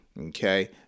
Okay